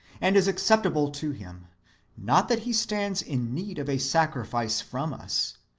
and is acceptable to him not that he stands in need of a sacrifice from us,